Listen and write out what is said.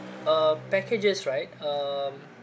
uh packages right um